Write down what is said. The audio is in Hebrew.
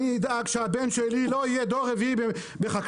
אני אדאג שהבן שלי לא יהיה דור רביעי בחקלאות,